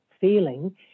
feeling